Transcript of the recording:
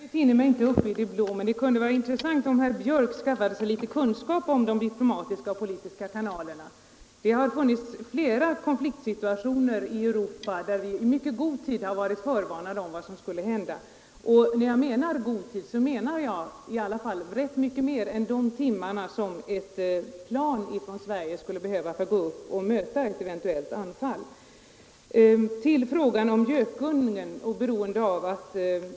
Herr talman! Nej, jag befinner mig inte uppe i det blå. Men det kunde vara intressant om herr Björck skaffade sig litet kunskap om de diplomatiska och politiska kanalerna. Det har funnits flera konfliktsituationer i Europa där vi i god tid har varit förvarnade om vad som skulle hända. Och när jag säger i god tid menar jag i vart fall rätt mycket mer än de timmar som ett plan från Sverige skulle behöva för att gå upp och möta ett eventuellt anfall efter information från ett dyrt förvarningssystem.